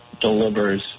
delivers